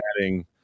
adding